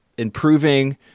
Improving